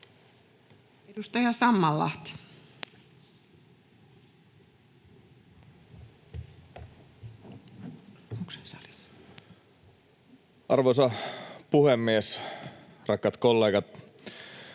Edustaja Sammallahti. Arvoisa puhemies! Rakkaat kollegat!